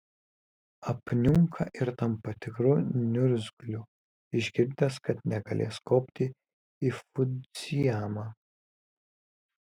apniunka ir tampa tikru niurzgliu išgirdęs kad negalės kopti į fudzijamą